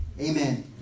Amen